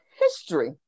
history